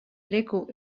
leku